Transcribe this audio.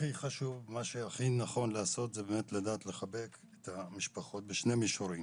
מה שהכי חשוב ונכון לעשות זה לדעת לחבק את המשפחות בשני מישורים: